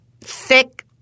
thick